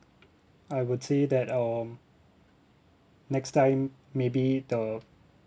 I would say that um next time maybe the